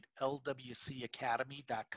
lwcacademy.com